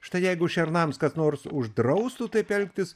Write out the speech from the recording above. štai jeigu šernams kas nors uždraustų taip elgtis